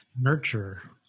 Nurture